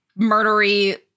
murdery